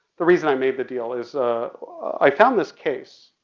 the reason i made the deal is i found this case.